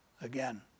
Again